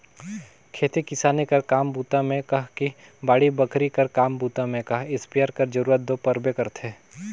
खेती किसानी कर काम बूता मे कह कि बाड़ी बखरी कर काम बूता मे कह इस्पेयर कर जरूरत दो परबे करथे